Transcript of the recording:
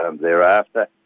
thereafter